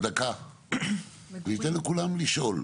אני אתן לכולם לשאול.